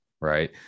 right